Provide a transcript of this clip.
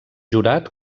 jurat